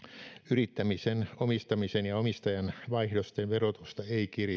yrittämisen omistamisen ja omistajanvaihdosten verotusta ei kiristetä